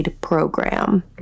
program